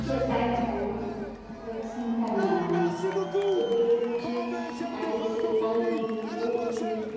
چھِ ٹایمہٕ ٹایمہٕ وٮ۪کسیٖن کَرناوان تہٕ بیٚیہِ یِم چیٖز اَ جیسے I P V O P V